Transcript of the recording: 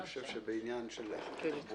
אני חושב שזה בעניין של תחבורה.